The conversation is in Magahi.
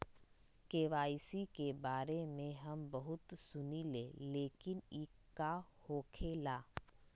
के.वाई.सी के बारे में हम बहुत सुनीले लेकिन इ का होखेला?